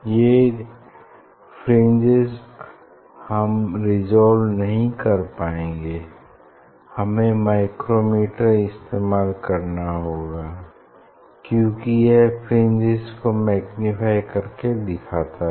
ये फ्रिंजेस हम रिसॉल्व नहीं कर पाएंगे हमें माइक्रोमीटर इस्तेमाल करना होगा क्यूंकि यह फ्रिंजेस को मैग्निफाई करके दिखाता है